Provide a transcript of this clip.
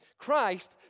Christ